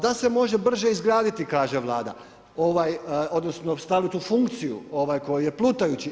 Da se može brže izgraditi kaže Vlada, odnosno staviti u funkciju ovaj koji je plutajući.